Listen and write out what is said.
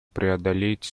преодолеть